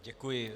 Děkuji.